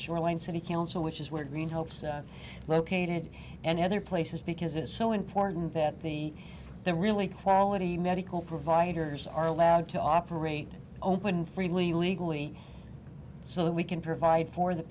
shoreline city council which is where green helps located and other places because it's so important that the that really quality medical providers are allowed to operate open freely legally so that we can provide for the